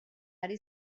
hari